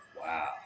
Wow